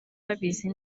babizi